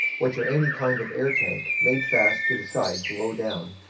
which are any kind of air-tanks made fast to the sides low down,